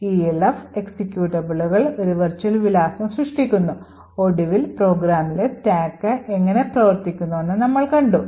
ELF എക്സിക്യൂട്ടബിളുകൾ ഒരു virtual വിലാസം സൃഷ്ടിക്കുന്നു ഒടുവിൽ പ്രോഗ്രാമിലെ സ്റ്റാക്ക് എങ്ങനെ പ്രവർത്തിക്കുന്നുവെന്ന് നമ്മൾ കണ്ടു